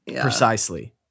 Precisely